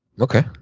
Okay